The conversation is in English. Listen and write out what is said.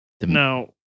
Now